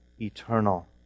eternal